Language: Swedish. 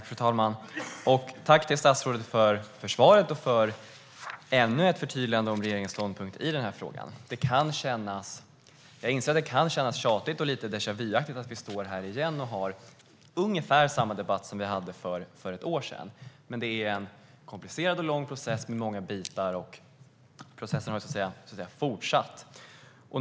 Fru talman! Tack, statsrådet, för svaret och för ännu ett förtydligande av regeringens ståndpunkt i denna fråga. Jag inser att det kan kännas tjatigt och lite déjà-vu-aktigt att vi står här igen och har ungefär samma debatt som vi hade för ett år sedan. Men det är en komplicerad och lång process med många bitar, och processen har fortsatt.